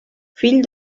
fill